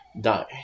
Die